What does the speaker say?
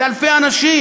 זה אלפי אנשים,